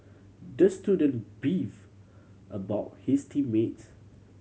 the student beef about his team mates